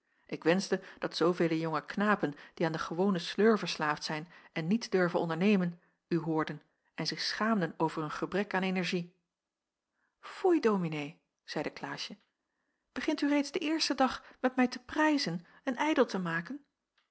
ik wenschte dat zoovele jonge knapen die aan den gewonen sleur verslaafd zijn en niets durven ondernemen u hoorden en zich schaamden over hun gebrek aan énergie foei dominee zeide klaasje begint u reeds den eersten dag met mij te prijzen en ijdel te maken